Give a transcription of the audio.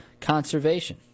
Conservation